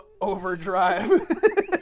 overdrive